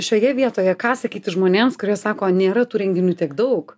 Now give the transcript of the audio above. šioje vietoje ką sakyti žmonėms kurie sako nėra tų renginių tiek daug